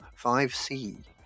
5C